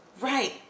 Right